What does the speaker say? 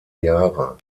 jahre